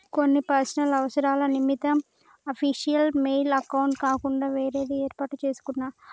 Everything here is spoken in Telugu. కొన్ని పర్సనల్ అవసరాల నిమిత్తం అఫీషియల్ మెయిల్ అకౌంట్ కాకుండా వేరేది యేర్పాటు చేసుకున్నా